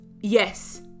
yes